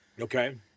okay